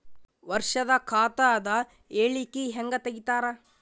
ವರ್ಷದ ಖಾತ ಅದ ಹೇಳಿಕಿ ಹೆಂಗ ತೆಗಿತಾರ?